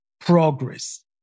progress